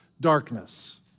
darkness